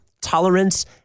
tolerance